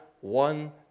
one